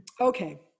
okay